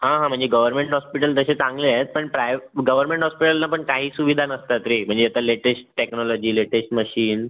हां हां म्हणजे गवर्नमेंट हॉस्पिटल तसे चांगले आहेत पण प्राय गवर्नमेंट हॉस्पिटलला पण काही सुविधा नसतात रे म्हणजे आता लेटेश्ट टेक्नोलॉजी लेटेश्ट मशिन्स